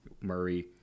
Murray